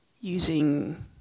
using